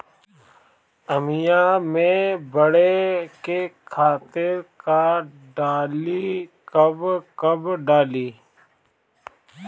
आमिया मैं बढ़े के खातिर का डाली कब कब डाली?